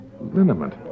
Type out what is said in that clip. Liniment